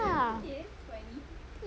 ya